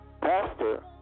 Pastor